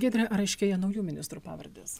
giedre ar aiškėja naujų ministrų pavardės